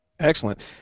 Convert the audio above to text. Excellent